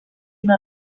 una